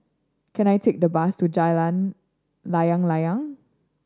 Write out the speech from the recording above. can I take a bus to Jalan Layang Layang